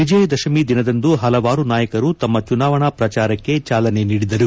ವಿಜಯ ದಶಮಿ ದಿನದಂದು ಹಲವಾರು ನಾಯಕರು ತಮ್ಮ ಚುನಾವಣಾ ಪ್ರಚಾರಕ್ಕೆ ಚಾಲನೆ ನೀಡಿದರು